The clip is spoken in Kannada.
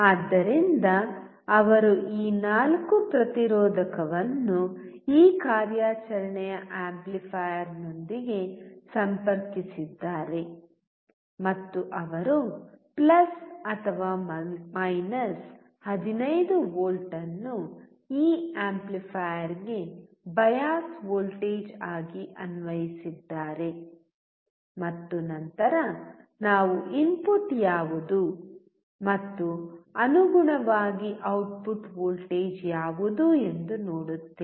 ಆದ್ದರಿಂದ ಅವರು ಈ ನಾಲ್ಕು ಪ್ರತಿರೋಧಕವನ್ನು ಈ ಕಾರ್ಯಾಚರಣೆಯ ಆಂಪ್ಲಿಫೈಯರ್ನೊಂದಿಗೆ ಸಂಪರ್ಕಿಸಿದ್ದಾರೆ ಮತ್ತು ಅವರು 15 V ಅನ್ನು ಈ ಆಂಪ್ಲಿಫೈಯರ್ಗೆ ಬಯಾಸ್ ವೋಲ್ಟೇಜ್ ಆಗಿ ಅನ್ವಯಿಸಿದ್ದಾರೆ ಮತ್ತು ನಂತರ ನಾವು ಇನ್ಪುಟ್ ಯಾವುದು ಮತ್ತು ಅನುಗುಣವಾಗಿ ಔಟ್ಪುಟ್ ವೋಲ್ಟೇಜ್ ಯಾವುದು ಎಂದು ನೋಡುತ್ತೇವೆ